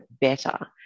better